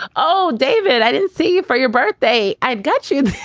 oh, david, i didn't see you for your birthday. i've got you